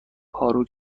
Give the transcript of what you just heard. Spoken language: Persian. پارو